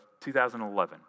2011